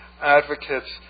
advocates